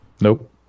Nope